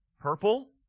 Purple